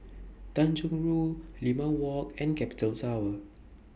Tanjong Rhu Limau Walk and Capital Tower